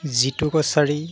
Jitu Kachari